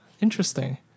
Interesting